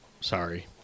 sorry